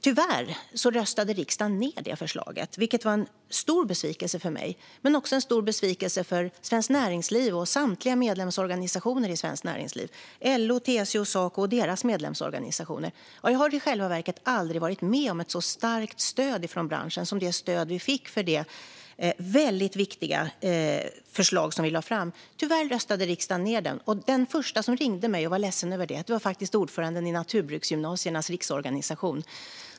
Tyvärr röstade riksdagen ned detta förslag, vilket var en stor besvikelse för mig men också för Svenskt Näringsliv och samtliga medlemsorganisationer där och för LO, TCO och Saco och deras medlemsorganisationer. Jag har i själva verket aldrig varit med om ett så starkt stöd från branschen som det stöd vi fick för det väldigt viktiga förslag som vi lade fram. Tyvärr röstade riksdagen ned det, och den första som ringde mig och var ledsen över det var ordföranden i naturbruksgymnasiernas riksorganisation.